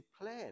plan